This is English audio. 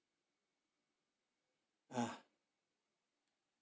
ah